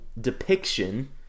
depiction